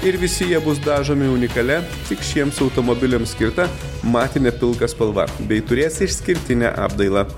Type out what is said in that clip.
ir visi jie bus dažomi unikalia tik šiems automobiliams skirta matine pilka spalva bei turės išskirtinę apdailą